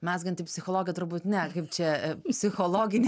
mezganti psichologė turbūt ne kaip čia psichologinė